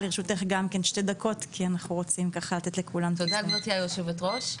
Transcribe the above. תודה גבירתי היושבת ראש.